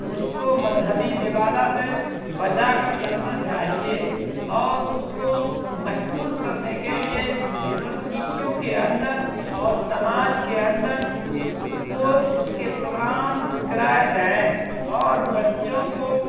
اس کو مذہبی لبادہ سے بچا کر رکھنا چاہیے اور اس کو محفوظ کرنے کے لیے یونیورسٹیوں کے اندر اور سماج کے اندر اس کو اس کے پروگرامس کرائے جائیں اور بچوں کو